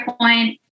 point